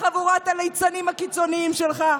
וחבורת הליצנים הקיצוניים שלך.